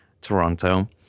Toronto